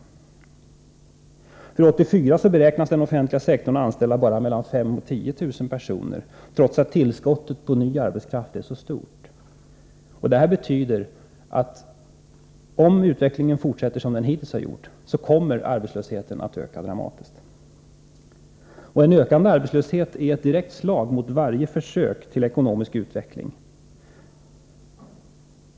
1984 beräknas den offentliga sektorn anställa bara 5 000-10 000 personer trots att tillskottet av ny arbetskraft är så stort. Sammantaget betyder detta, om utvecklingen fortsätter som den hittills har gjort, att arbetslösheten kommer att öka dramatiskt. En ökande arbetslöshet är ett direkt slag mot varje försök till ekonomisk utveckling.